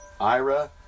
Ira